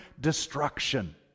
destruction